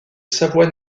savoie